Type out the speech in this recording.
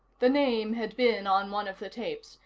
the name had been on one of the tapes,